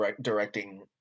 directing